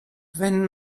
wenn